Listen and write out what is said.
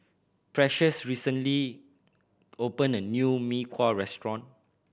precious recently opened a new Mee Kuah restaurant